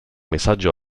messaggio